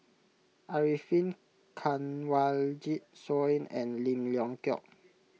Arifin Kanwaljit Soin and Lim Leong Geok